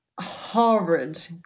Horrid